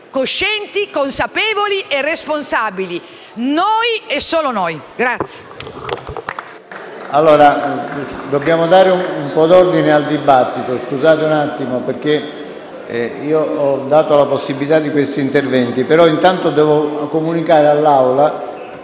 coscienti, consapevoli e responsabili. Noi, e solo noi.